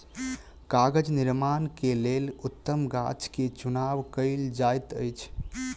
कागज़ निर्माण के लेल उत्तम गाछ के चुनाव कयल जाइत अछि